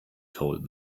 told